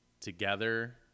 together